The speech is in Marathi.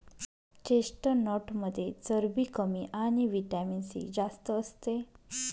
चेस्टनटमध्ये चरबी कमी आणि व्हिटॅमिन सी जास्त असते